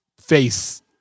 face